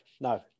No